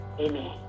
amen